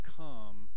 come